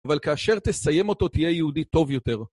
אבל כאשר תסיים אותו תהיה יהודי טוב יותר.